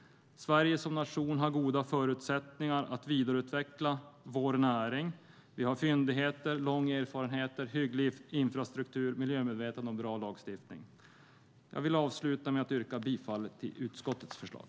Sverige som nation har goda möjligheter att vidareutveckla näringen. Vi har fyndigheter, lång erfarenhet, hygglig infrastruktur, miljömedvetande och bra lagstiftning. Jag avslutar med att yrka bifall till utskottets förslag.